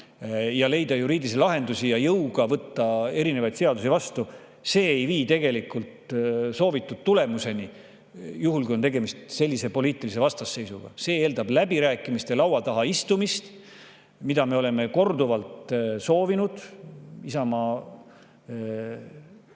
leida juriidilisi lahendusi ja võtta jõuga erinevaid seadusi vastu, ei vii tegelikult soovitud tulemuseni, juhul kui on tegemist sellise poliitilise vastasseisuga. See eeldab läbirääkimiste laua taha istumist, mida me oleme korduvalt soovinud. Isamaa